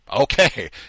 okay